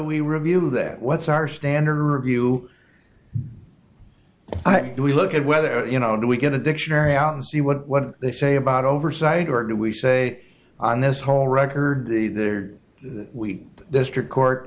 we review that what's our standard review we look at whether you know do we get a dictionary out and see what they say about oversight or do we say on this whole record that we district court